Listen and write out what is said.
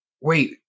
wait